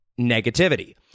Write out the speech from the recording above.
Negativity